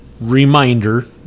reminder